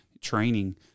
training